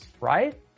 right